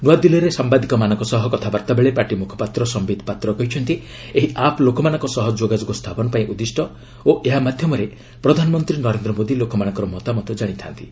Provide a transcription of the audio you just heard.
ନୂଆଦିଲ୍ଲୀରେ ସାମ୍ଭାଦିକମାନଙ୍କ ସହ କଥାବାର୍ତ୍ତା ବେଳେ ପାର୍ଟି ମୁଖପାତ୍ର ସମ୍ଭିଦ ପାତ୍ର କହିଛନ୍ତି ଏହି ଆପ୍ ଲୋକମାନଙ୍କ ସହ ଯୋଗାଯୋଗ ସ୍ଥାପନ ପାଇଁ ଉଦ୍ଦିଷ୍ଟ ଓ ଏହା ମାଧ୍ୟମରେ ପ୍ରଧାନମନ୍ତ୍ରୀ ନରେନ୍ଦ୍ର ମୋଦି ଲୋକମାନଙ୍କର ମତାମତ କାଣିଥାନ୍ତି